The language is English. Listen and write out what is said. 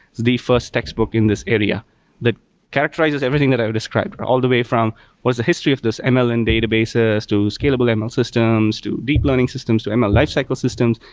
the first textbook in this area that characterizes everything that i described, all the way from what's the history of this and ml in databases, to scalable and ml systems, to deep learning systems, to ml lifecycle systems.